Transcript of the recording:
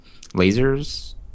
lasers